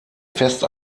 fest